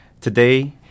Today